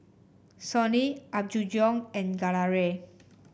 Sony Apgujeong and Gelare